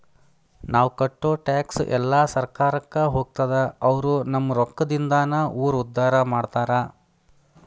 ನಾವ್ ಕಟ್ಟೋ ಟ್ಯಾಕ್ಸ್ ಎಲ್ಲಾ ಸರ್ಕಾರಕ್ಕ ಹೋಗ್ತದ ಅವ್ರು ನಮ್ ರೊಕ್ಕದಿಂದಾನ ಊರ್ ಉದ್ದಾರ ಮಾಡ್ತಾರಾ